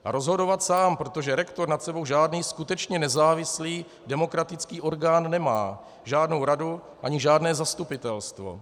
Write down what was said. A rozhodovat sám, protože rektor nad sebou žádný skutečně nezávislý demokratický orgán nemá, žádnou radu ani žádné zastupitelstvo.